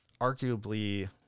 arguably